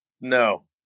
no